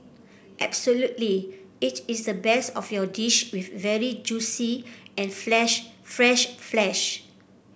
absolutely it is the best of your dish with very juicy and flesh fresh flesh